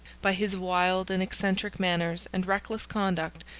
by his wild and eccentric manners and reckless conduct,